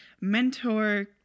mentor